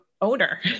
owner